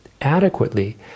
adequately